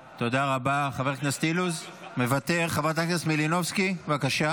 בדצמבר 2023 המשרד ברשותך רכש בניגוד לנהלים אפודים שלא עמדו במבחן